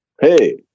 hey